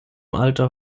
alter